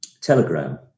Telegram